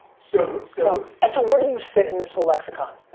so so and so where do you sit in this whole lexicon?